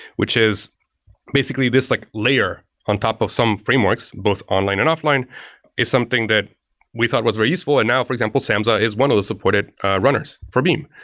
which is basically this like layer on top of some frameworks both online and offline is something that we thought was very useful. and now, for example, samza is one of the supported runners for beam.